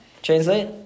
Translate